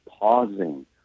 pausing